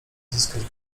zyskać